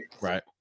right